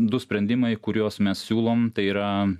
du sprendimai kuriuos mes siūlom tai yra